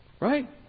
Right